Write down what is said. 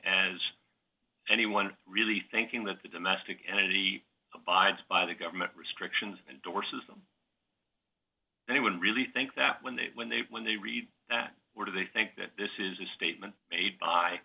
is anyone really thinking that the domestic energy abides by the government restrictions and door system anyone really think that when they when they read that or do they think that this is a statement made by